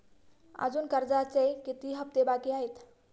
अजुन कर्जाचे किती हप्ते बाकी आहेत?